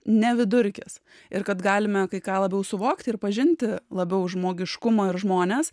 ne vidurkis ir kad galime kai ką labiau suvokti ir pažinti labiau žmogiškumo ir žmones